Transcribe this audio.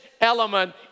element